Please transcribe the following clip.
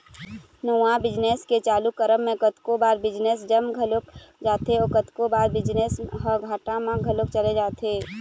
नवा बिजनेस के चालू करब म कतको बार बिजनेस जम घलोक जाथे अउ कतको बार बिजनेस ह घाटा म घलोक चले जाथे